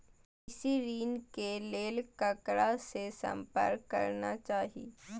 कृषि ऋण के लेल ककरा से संपर्क करना चाही?